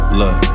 look